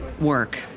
Work